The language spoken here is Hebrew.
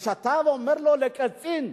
כשאתה אומר לו, לקצין,